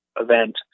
event